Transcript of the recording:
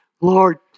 Lord